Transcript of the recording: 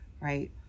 right